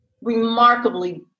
remarkably